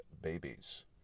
babies